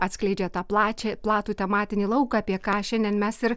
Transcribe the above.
atskleidžia tą plačią platų tematinį lauką apie ką šiandien mes ir